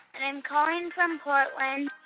and i'm calling from portland.